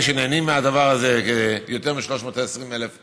אלה שנהנים מהדבר הזה, יותר מ-320,000 ילדים.